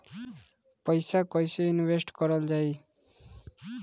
पैसा कईसे इनवेस्ट करल जाई?